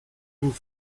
vous